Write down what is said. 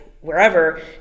wherever